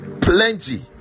plenty